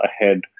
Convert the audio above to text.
ahead